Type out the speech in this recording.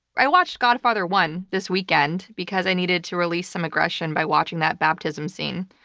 i watched godfather one this weekend, because i needed to release some aggression by watching that baptism scene.